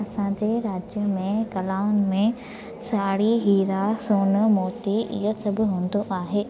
असांजे राज्य में कलाउनि में साड़ी हीरा सोन मोती इअं सभु हूंदो आहे